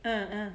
uh uh